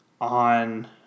on